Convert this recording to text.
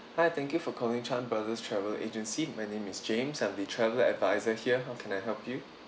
hi thank you for calling chan brothers travel agency my name is james I'm the travel advisor here how can I help you